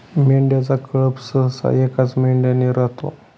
मेंढ्यांचा कळप सहसा एकाच मेंढ्याने राहतो